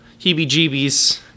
heebie-jeebies